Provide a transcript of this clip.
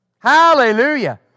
Hallelujah